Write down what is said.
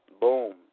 Boom